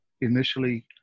initially